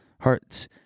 hearts